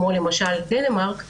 כמו דנמרק,